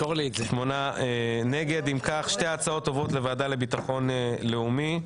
שתי ההצעות עוברות לוועדה לביטחון לאומי.